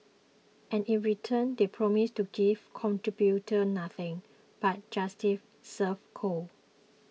and in return they promise to give contributors nothing but justice served cold